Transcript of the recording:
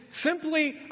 simply